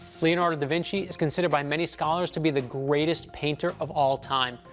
leonardo da vinci is considered by many scholars to be the greatest painter of all time,